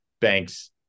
banks